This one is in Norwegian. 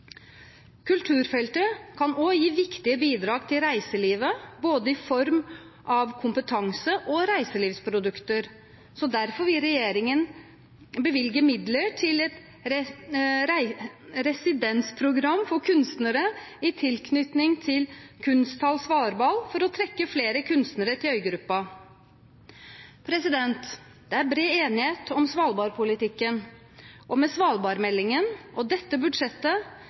Kulturfeltet kan også gi viktige bidrag til reiselivet i form av både kompetanse og reiselivsprodukter, så derfor vil regjeringen bevilge midler til et residensprogram for kunstnere i tilknytning til Kunsthall Svalbard for å trekke flere kunstnere til øygruppa. Det er bred enighet om svalbardpolitikken, og med svalbardmeldingen og dette budsjettet